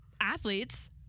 athletes